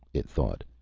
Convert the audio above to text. it thought.